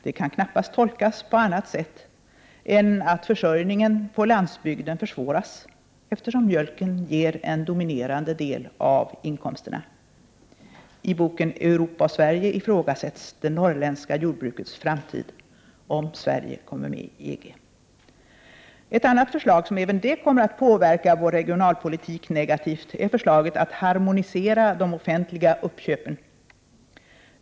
Det kan knappast tolkas på annat sätt än att försörjningen på landsbygden försvåras, eftersom mjölken ger en dominerande del av inkomsterna. I boken ”Europa och Sverige” ifrågasätts det norrländska jordbrukets framtid om Sverige kommer med i EG. Ett annat förslag, som även det kommer att påverka vår regionalpolitik negativt, är förslaget att harmonisera de offentliga uppköpen.